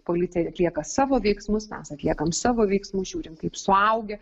policija atlieka savo veiksmus mes atliekam savo veiksmus žiūrim kaip suaugę